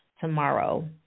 tomorrow